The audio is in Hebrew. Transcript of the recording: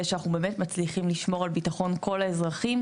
שאנחנו באמת מצליחים לשמור על הביטחון של כל האזרחים,